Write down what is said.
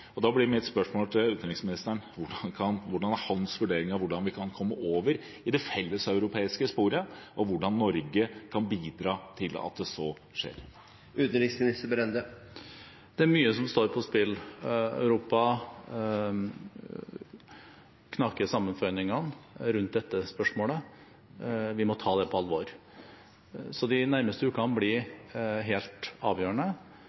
Da blir mitt spørsmål til utenriksministeren: Hva er hans vurdering av hvordan vi kan komme over i det felleseuropeiske sporet, og hvordan kan Norge bidra til at så skjer? Det er mye som står på spill. Europa knaker i sammenføyningene rundt dette spørsmålet. Vi må ta det på alvor, så de nærmeste ukene blir helt avgjørende.